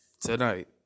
tonight